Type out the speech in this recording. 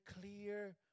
clear